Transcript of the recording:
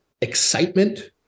excitement